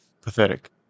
pathetic